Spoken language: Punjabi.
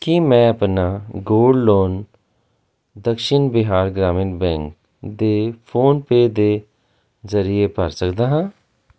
ਕੀ ਮੈਂ ਆਪਣਾ gold loan Dakshin Bihar Gramin bank ਦੇ ਫੋਨਪੇ ਦੇ ਜ਼ਰੀਏ ਭਰ ਸਕਦਾ ਹਾਂ